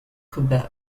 quebec